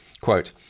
Quote